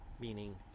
meaning